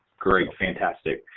great, fantastic.